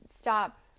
stop